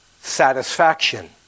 satisfaction